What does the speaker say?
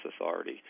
authority